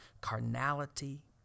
Carnality